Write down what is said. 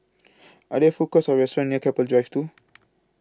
Are There Food Courts Or restaurants near Keppel Drive two